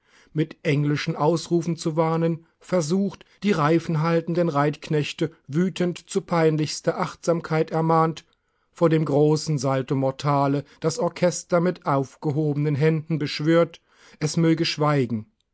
mit englischen ausrufen zu warnen versucht die reifenhaltenden reitknechte wütend zu peinlichster achtsamkeit ermahnt vor dem großen saltomortale das orchester mit aufgehobenen händen beschwört es möge schweigen